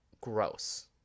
gross